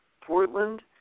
Portland